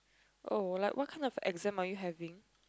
oh like what kind of exam are you having